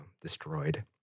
destroyed